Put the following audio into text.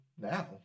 now